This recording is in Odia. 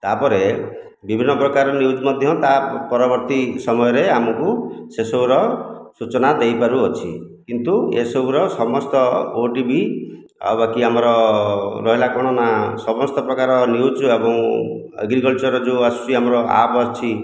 ତାପରେ ବିଭିନ୍ନ ପ୍ରକାର ନିଉଜ୍ ମଧ୍ୟ ତା ପରବର୍ତ୍ତୀ ସମୟରେ ଆମକୁ ସେସବୁର ସୂଚନା ଦେଇପାରୁଅଛି କିନ୍ତୁ ଏସବୁର ସମସ୍ତ ଓଟିଭି ଆଉ ବାକି ଆମର ରହିଲା କଣ ନା ସମସ୍ତ ପ୍ରକାର ନିଉଜ୍ ଏବଂ ଏଗ୍ରିକଲଚର ଯେଉଁ ଆସୁଛି ଆମର ଆପ୍ ଅଛି